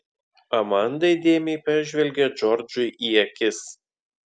amanda įdėmiai pažvelgė džordžui į akis